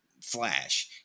flash